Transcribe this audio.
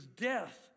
death